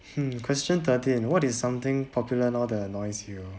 hmm question thirteen what is something popular now that annoys you